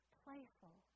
playful